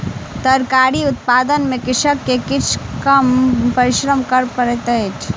तरकारी उत्पादन में कृषक के किछ कम परिश्रम कर पड़ैत अछि